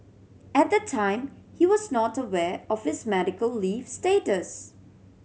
at the time he was not aware of his medical leave status